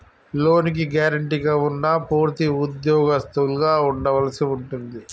లోనుకి గ్యారెంటీగా ఉన్నా పూర్తి ఉద్యోగస్తులుగా ఉండవలసి ఉంటుంది